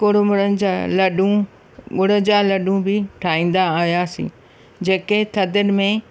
कुड़मुड़नि जा लॾूं गुड़ जा लॾूं बि ठाहींदा आयासी जेके थधिनि में